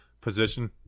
position